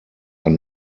ein